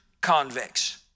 convicts